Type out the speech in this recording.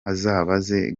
azabaze